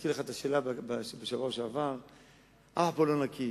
להזכיר לך את השאלה בשבוע שעבר: אף אחד פה לא נקי,